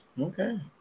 Okay